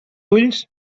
ulls